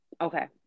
okay